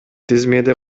тизмеде